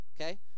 okay